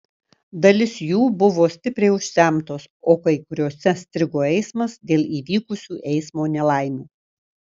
dalis jų buvo stipriai užsemtos o kai kuriose strigo eismas dėl įvykusių eismo nelaimių